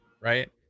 right